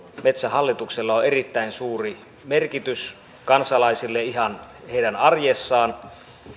metsähallituksella on erittäin suuri merkitys kansalaisille ihan heidän arjessaan